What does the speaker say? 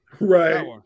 Right